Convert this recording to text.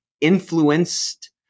influenced